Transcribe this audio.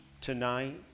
tonight